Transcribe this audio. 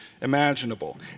imaginable